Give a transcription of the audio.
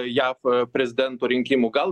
jav prezidento rinkimų gal